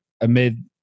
amid